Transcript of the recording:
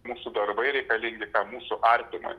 mūsų darbai reikalingi mūsų artimui